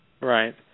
Right